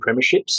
premierships